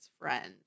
friend